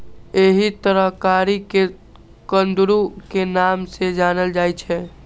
एहि तरकारी कें कुंदरू के नाम सं जानल जाइ छै